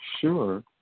Sure